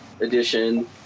edition